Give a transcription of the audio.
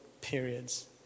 periods